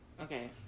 Okay